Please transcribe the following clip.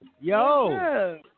yo